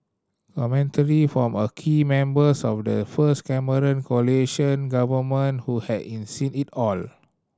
commentary from a key members of the first Cameron coalition government who had it seen it all